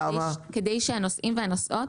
הכשרת קרקע עולה לנו יותר,